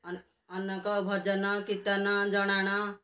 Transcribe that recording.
ଅନେ ଅନେକ ଭଜନ କୀର୍ତ୍ତନ ଜଣାଣ